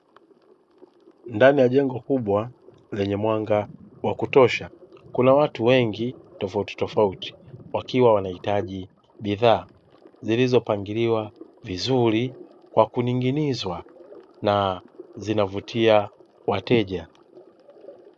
Ndani ya jengo kuwa lenye mwanga wa kutosha, kuna watu wengi tofautitofauti wakiwa wanahitaji bidhaa zilizopangiliwa vizuri kwa kuning'inizwa na zinavutia wateja.